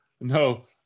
No